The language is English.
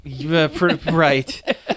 right